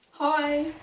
Hi